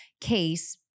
case